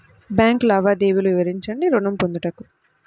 Bank లావాదేవీలు వివరించండి ఋణము పొందుటకు?